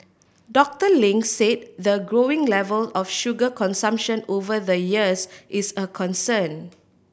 Doctor Ling said the growing level of sugar consumption over the years is a concern